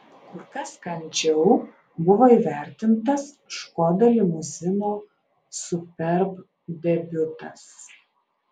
kur kas kandžiau buvo įvertintas škoda limuzino superb debiutas